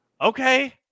Okay